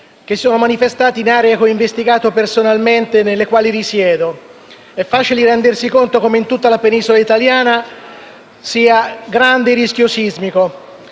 che si sono manifestati in aree che ho investigato personalmente e nelle quali risiedo. È facile rendersi conto come in tutta la Penisola italiana sia grande il rischio sismico: